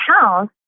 house